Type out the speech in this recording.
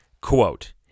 Quote